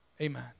Amen